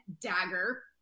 dagger